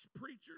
preachers